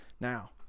Now